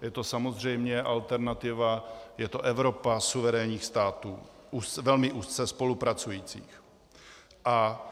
Je to samozřejmě alternativa, je to Evropa suverénních států velmi úzce spolupracujících.